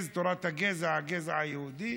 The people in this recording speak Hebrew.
תורת הגזע, הגזע היהודי,